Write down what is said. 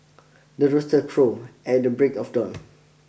the rooster crows at the break of dawn